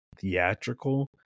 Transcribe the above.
theatrical